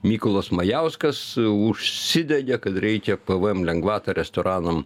mykolas majauskas užsidegė kad reikia pvm lengvatą restoranam